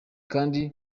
kandi